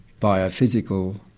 biophysical